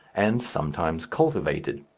and sometimes cultivated.